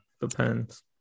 depends